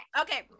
Okay